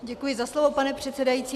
Děkuji za slovo, pane předsedající.